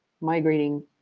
migrating